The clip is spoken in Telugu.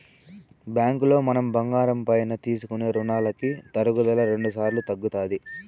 బ్యాంకులో మనం బంగారం పైన తీసుకునే రునాలకి తరుగుదల రెండుసార్లు తగ్గుతాది